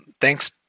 thanks